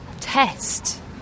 test